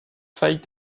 failles